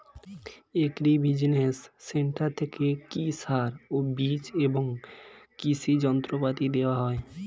Agri business centre থেকে কি সার ও বিজ এবং কৃষি যন্ত্র পাতি দেওয়া হয়?